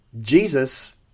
Jesus